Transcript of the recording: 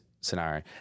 scenario